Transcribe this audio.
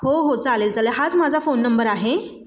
हो हो चालेल चालेल हाच माझा फोन नंबर आहे